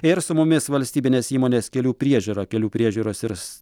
ir su mumis valstybinės įmonės kelių priežiūra kelių priežiūros ir s